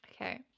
Okay